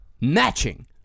matching